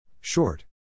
Short